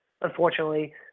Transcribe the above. unfortunately